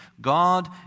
God